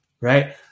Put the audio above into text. Right